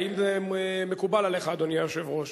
האם זה מקובל עליך, אדוני היושב-ראש?